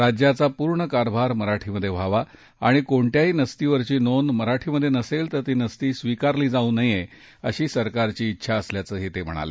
राज्याचा पूर्ण कारभार मराठीत व्हावा आणि कोणत्याही नस्तीवरची नोंद मराठीत नसेल तर ती नस्ती स्वीकारली जाऊ नये अशी सरकारची इंछा असल्याचं ते म्हणाले